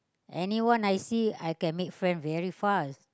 anyone I see I can make friend very fast